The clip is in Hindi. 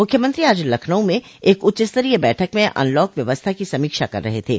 मुख्यमंत्री आज लखनऊ में एक उच्चस्तरीय बैठक में अनलॉक व्यवस्था की समीक्षा कर रहे थे